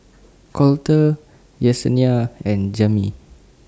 Colter Yesenia and Jami